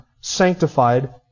sanctified